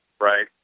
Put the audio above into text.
right